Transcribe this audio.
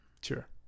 Sure